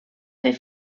fer